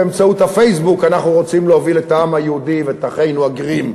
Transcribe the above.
באמצעות הפייסבוק אנחנו רוצים להוביל את העם היהודי ואת אחינו הגרים.